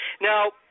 Now